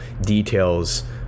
details